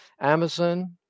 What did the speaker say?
Amazon